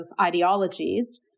ideologies